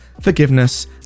forgiveness